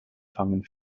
fangen